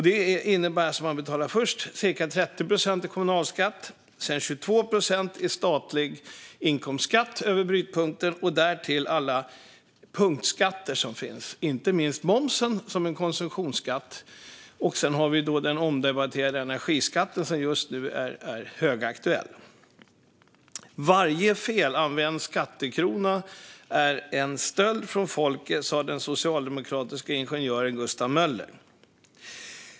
De betalar cirka 30 procent i kommunalskatt, 22 procent i statlig inkomstskatt över brytpunkten och därtill alla punktskatter, inte minst konsumtionsskatten moms. Vidare har vi den just nu högaktuella och omdebatterade energiskatten. Varje felanvänd skattekrona är en stöld från folket, sa den socialdemokratiske ingenjören Gustav Möller.